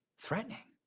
threatening.